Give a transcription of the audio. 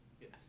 Yes